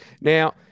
Now